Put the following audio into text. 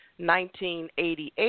1988